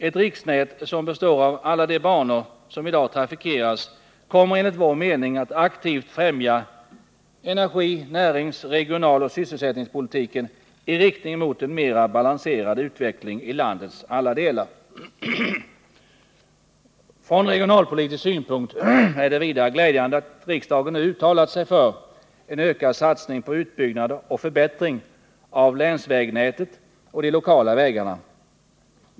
Ett riksnät som består av alla de banor som i dag trafikeras kommer enligt vår mening att aktivt främja energi-, närings-, regionaloch sysselsättningspolitiken i riktning mot en mera balanserad utveckling i landets alla delar. Från regionalpolitisk synpunkt är det vidare glädjande att riksdagen nu uttalat sig för en ökad satsning på utbyggnad och förbättring av länsvägnätet och de lokala vägarna.